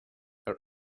are